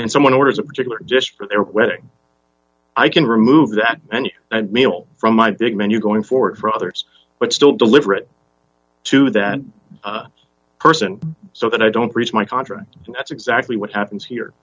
and someone orders a particular dish for their wedding i can remove that menu and meal from my big menu going for it for others but still deliver it to that person so that i don't preach my contra that's exactly what happens here